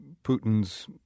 Putin's